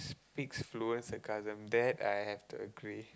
speaks fluent sarcasm that I have to agree